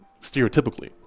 stereotypically